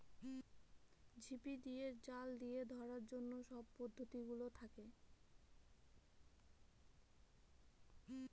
ঝিপি দিয়ে, জাল দিয়ে ধরার অন্য সব পদ্ধতি গুলোও থাকে